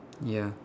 ya